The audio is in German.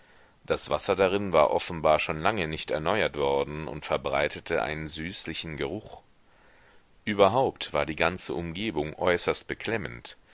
das wasser darin war offenbar schon lange nicht erneuert worden und verbreitete einen süßlichen geruch überhaupt war die ganze umgebung äußerst beklemmend